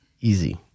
Easy